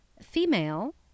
female